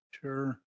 Sure